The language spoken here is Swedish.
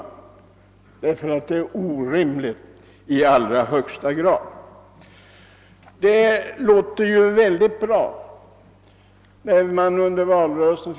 Det lät väldigt bra med allt vackert tal om jämlikhet, närdemokrati etc. under valrörelsen.